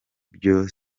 byo